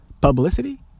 Publicity